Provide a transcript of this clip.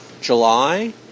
July